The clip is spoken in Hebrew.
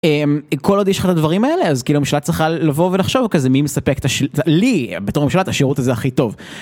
כל עוד יש לך את הדברים האלה אז כאילו הממשלה צריכה לבוא ולחשוב כזה מי מספק לי את השירות שלי בתור ממשלה את השירות הזה הכי טוב.